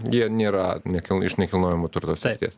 jie nėra nekil iš nekilnojamo turto srities